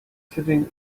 sitting